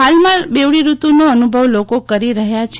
હાલમાં બેવડી ઋતુનો અનુભવ લોકો કરી રહ્યા છે